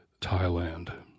Thailand